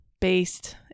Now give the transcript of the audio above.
based